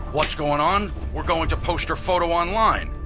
what's going on? we're going to post your photo online!